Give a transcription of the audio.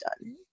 done